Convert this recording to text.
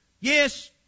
Yes